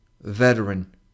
veteran